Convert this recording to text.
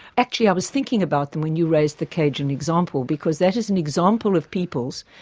actually, i was thinking about them when you raised the cajun example, because that is an example of peoples,